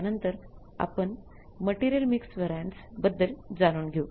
त्यांनतर आपण Material Mix Variances बद्दल जाणून घेऊ